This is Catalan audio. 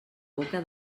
boca